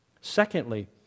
Secondly